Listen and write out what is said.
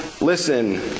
Listen